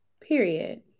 Period